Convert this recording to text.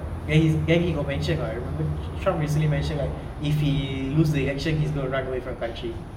then he then got mention what I remembered trump recently mentioned like if he lose the election he's going to run away from the country